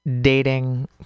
dating